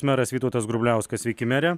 meras vytautas grubliauskas sveiki mere